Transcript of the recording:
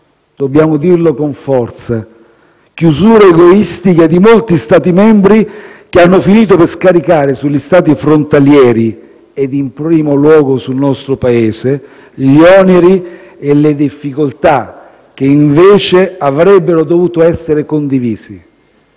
dobbiamo dirlo con forza - chiusure egoistiche di molti Stati membri che hanno finito per scaricare sugli Stati frontalieri - e in primo luogo sul nostro Paese - gli oneri e le difficoltà che invece avrebbero dovuto essere condivisi.